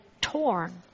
torn